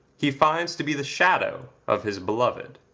he finds to be the shadow of his beloved